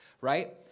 right